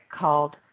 called